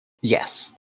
Yes